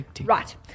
Right